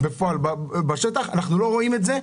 לא רואים את זה בשטח.